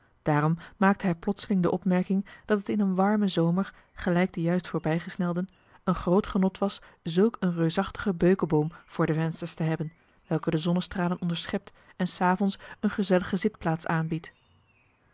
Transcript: daarom maakte hij plotseling de opmerking dat het in een warmarcellus emants een drietal novellen men zomer gelijk den juist voorbijgesnelden een groot genot was zulk een reusachtigen beukeboom voor de vensters te hebben welke de zonnestralen onderschept en s avonds eene gezellige zitplaats aanbiedt